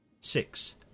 Six